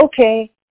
okay